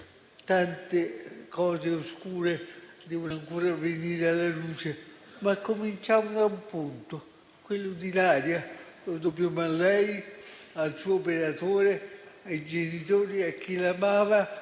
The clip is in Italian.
tante cose oscure devono ancora venire alla luce, ma cominciamo da un punto, quello di Ilaria. Lo dobbiamo a lei, al suo operatore, ai genitori, a chi l'amava,